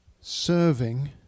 serving